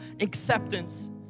acceptance